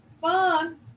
fun